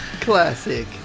Classic